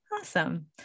Awesome